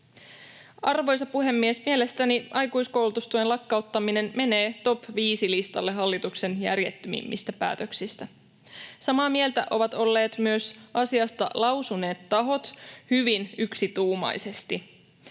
Arvoisa puhemies! Mielestäni aikuiskoulutustuen lakkauttaminen menee top 5 ‑listalle hallituksen järjettömimmistä päätöksistä. Samaa mieltä ovat olleet myös asiasta lausuneet tahot hyvin yksituumaisesti.